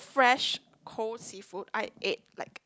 fresh cold seafood I ate like